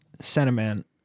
sentiment